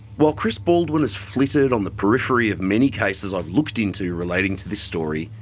while chris baldwin has flitted on the periphery of many cases i've looked into relating to this story,